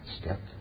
step